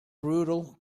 brutal